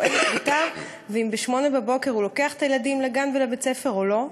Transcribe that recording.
או אין ואם ב-08:00 הוא לוקח את הילדים לגן ולבית-הספר או לא.